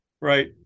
right